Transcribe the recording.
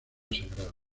sagrada